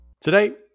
Today